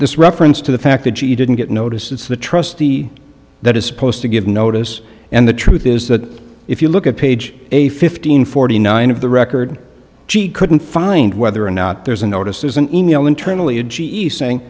this reference to the fact that you didn't get notice it's the trustee that is supposed to give notice and the truth is that if you look at page a fifteen forty nine of the record she couldn't find whether or not there's a notice there's an email internally a g e saying